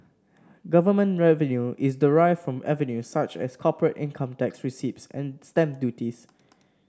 government revenue is derived from avenues such as corporate income tax receipts and stamp duties